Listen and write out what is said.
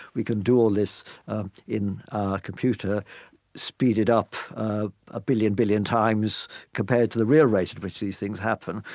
we can do all this in computer speeded up a billion, billion times compared to the real rate at which these things happen.